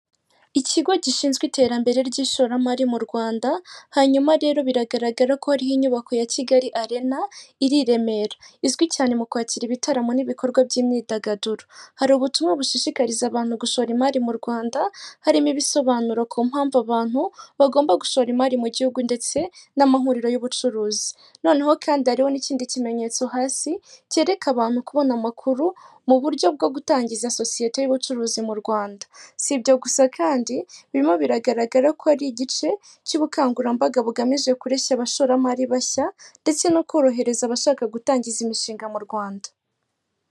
Ikigo gishinzwe iterambere ry’ishoramari mu Rwanda kigaragaza inyubako ya Kigali Arena, iri i Remera, izwi cyane mu kwakira ibitaramo n’ibikorwa by’imyidagaduro. Hari ubutumwa bushishikariza abantu gushora imari mu Rwanda, burimo ibisobanuro ku mpamvu abashoramari bagomba gushora imari mu gihugu ndetse n’amahuriro y’ubucuruzi. Nanone, hari ikindi kimenyetso kiri hasi cyerekana uburyo bwo kubona amakuru ajyanye no gutangiza sosiyete y’ubucuruzi mu Rwanda. Si ibyo gusa, ahubwo bigaragara ko ari igice cy’ubukangurambaga bugamije kureshya abashoramari bashya ndetse no korohereza abashaka gutangiza imishinga mu Rwanda.